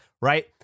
right